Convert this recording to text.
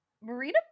Marina